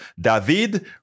David